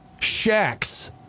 shacks